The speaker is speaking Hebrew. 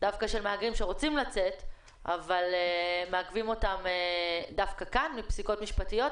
דווקא של מהגרים שרוצים לצאת אבל מעכבים אותם כאן בפסיקות משפטיות.